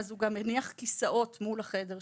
אז הוא גם הניח כיסאות אל מול החדר שלי,